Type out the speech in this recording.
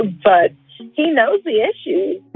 but he knows the issues